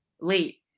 late